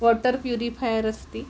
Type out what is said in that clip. water purifier अस्ति